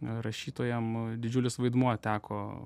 rašytojam didžiulis vaidmuo teko